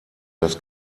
das